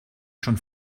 schon